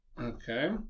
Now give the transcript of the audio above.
Okay